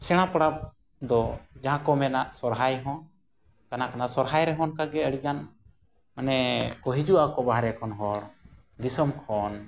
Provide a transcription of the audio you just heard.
ᱥᱮᱬᱟ ᱯᱚᱨᱚᱵᱽᱫᱚ ᱡᱟᱦᱟᱸᱠᱚ ᱢᱮᱱᱟ ᱥᱚᱨᱦᱟᱭ ᱦᱚᱸ ᱠᱟᱱᱟ ᱠᱟᱱᱟ ᱥᱚᱨᱦᱟᱭ ᱨᱮᱦᱚᱸ ᱚᱱᱠᱟᱜᱮ ᱟᱹᱰᱤᱜᱟᱱ ᱢᱟᱱᱮ ᱠᱚ ᱦᱤᱡᱩᱜᱼᱟᱠᱚ ᱵᱟᱦᱨᱮ ᱠᱷᱚᱱ ᱦᱚᱲ ᱫᱤᱥᱚᱢ ᱠᱷᱚᱱ